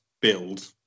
build